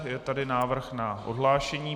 Je tady návrh na odhlášení.